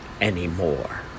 anymore